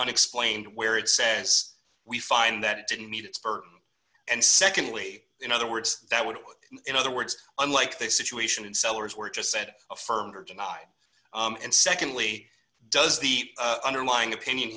unexplained where it says we find that it didn't meet its burden and secondly in other words that would in other words unlike the situation in sellers were just said affirmed or denied and secondly does the underlying opinion